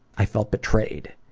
i felt betrayed.